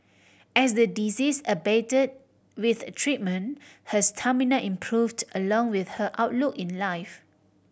as the disease abate with treatment her stamina improved along with her outlook in life